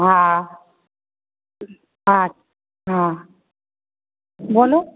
हँ अच्छा हँ बोलू